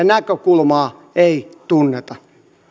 näkökulmaa ei tunneta